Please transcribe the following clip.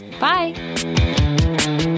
Bye